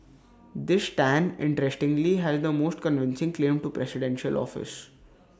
this Tan interestingly has the most convincing claim to presidential office